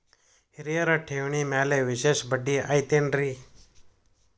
ಹಿರಿಯರ ಠೇವಣಿ ಮ್ಯಾಲೆ ವಿಶೇಷ ಬಡ್ಡಿ ಐತೇನ್ರಿ?